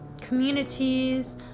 communities